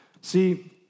See